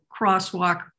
crosswalk